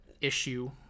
issue